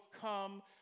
come